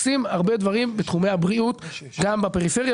אנחנו עושים הרבה דברים בתחומי הבריאות גם בפריפריה.